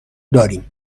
داریم